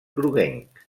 groguenc